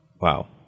Wow